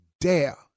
dare